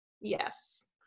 Yes